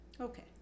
Okay